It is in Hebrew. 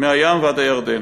מהים ועד הירדן,